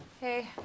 Hey